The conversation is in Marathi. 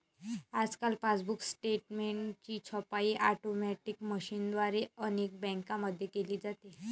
आजकाल पासबुक स्टेटमेंटची छपाई ऑटोमॅटिक मशीनद्वारे अनेक बँकांमध्ये केली जाते